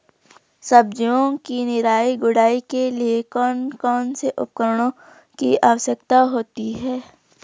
सब्जियों की निराई गुड़ाई के लिए कौन कौन से उपकरणों की आवश्यकता होती है?